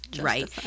right